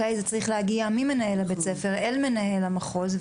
זה צריך להגיע ממנהל בית הספר אל מנהל המחוז,